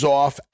off